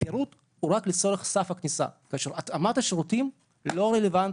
ביטוח לאומי מעניק קצבה או זכאות על פי ספר ליקויים רפואי לגמרי,